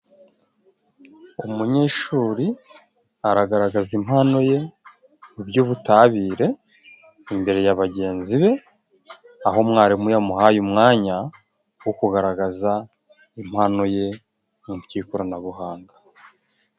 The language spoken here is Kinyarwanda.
Umunyeshuri aragaragaza impano ye mu by'ubutabire imbere ya bagenzi be, aho umwarimu yamuhaye umwanya wo kugaragaza impano ye mu by'ikoranabuhanga.